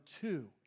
two